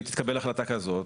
אם תתקבל החלטה כזו,